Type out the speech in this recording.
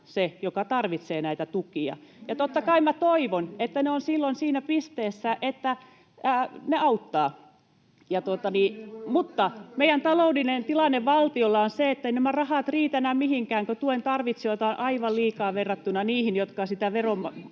Lindén: Juuri näin!] ja totta kai toivon, että ne ovat silloin siinä pisteessä, että ne auttavat. Mutta meidän taloudellinen tilanne valtiolla on se, etteivät nämä rahat riitä enää mihinkään, kun tuen tarvitsijoita on aivan liikaa verrattuna niihin, jotka sitä